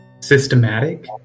systematic